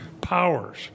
powers